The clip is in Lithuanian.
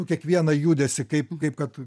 kiekvieną judesį kaip kaip kad